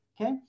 okay